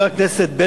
יש לך חמש דקות.